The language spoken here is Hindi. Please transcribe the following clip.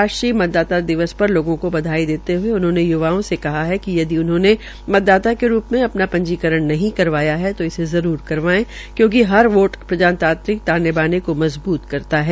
राष्ट्रीय मतदाता दिवस पर लोगों को बधाई देते हये उन्होंने य्वाओं से कहा कि यदि उन्होंने मतदाता के रूप में अपना पंजीकरण नहीं करवाया तो इसे जरूर करवाये क्यूंकि हर वोट प्रजातांत्रिक ताने बाने में मजबूत करता है